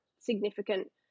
significant